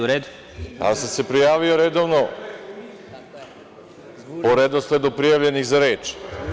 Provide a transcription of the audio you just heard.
Ja sam se prijavio redovno, po redosledu prijavljenih za reč.